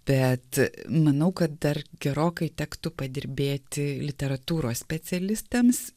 bet manau kad dar gerokai tektų padirbėti literatūros specialistams